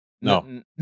No